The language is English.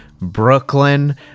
brooklyn